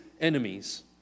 enemies